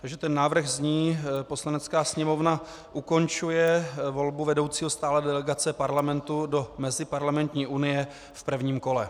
Takže ten návrh zní: Poslanecká sněmovna ukončuje volbu vedoucího stálé delegace Parlamentu do Meziparlamentní unie v 1. kole.